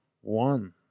one